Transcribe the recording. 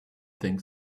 think